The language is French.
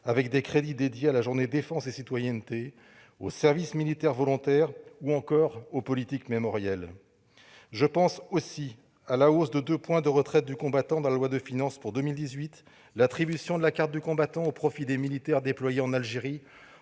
avec des crédits alloués à la Journée défense et citoyenneté, au service militaire volontaire ou encore aux politiques mémorielles. Je pense aussi à la hausse de 2 points de la retraite du combattant dans la loi de finances pour 2018, à l'attribution de la carte du combattant au profit des militaires déployés en Algérie